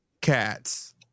cats